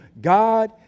God